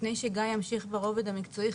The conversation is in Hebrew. לפני שגיא ימשיך ברובד המקצועי,